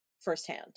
firsthand